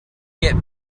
get